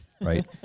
right